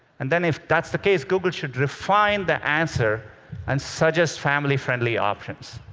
and then if that's the case, google should refine the answer and suggest family-friendly options.